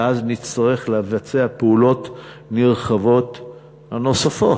ואז נצטרך לבצע פעולות נרחבות נוספות.